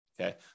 Okay